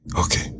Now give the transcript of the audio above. okay